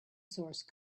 source